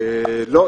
לא,